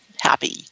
happy